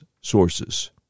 sources